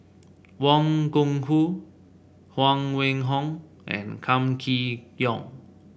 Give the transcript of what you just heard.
Wang Gungwu Huang Wenhong and Kam Kee Yong